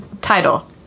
Title